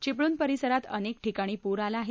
चिपळूण परिसरात अनेक ठिकाणी पूर आला आहे